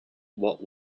what